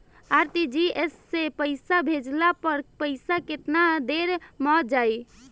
RTGS से पईसा भेजला पर पईसा केतना देर म जाई?